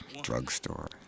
drugstore